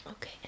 Okay